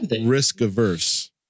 risk-averse